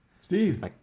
Steve